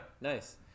nice